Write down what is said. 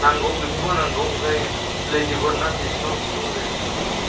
नांगौ बेखौबो नांगौ ओमफ्राय लेडिबार्डना बेसेबां बेसेबां रेन्जनि दङ